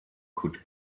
could